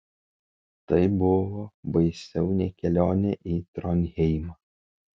tai buvo baisiau nei kelionė į tronheimą